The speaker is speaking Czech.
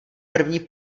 první